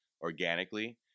organically